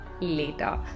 later